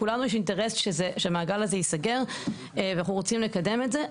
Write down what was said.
לכולנו יש אינטרס שהמעגל הזה ייסגר ואנחנו רוצים לקדם את זה.